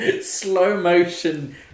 Slow-motion